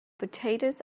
potatoes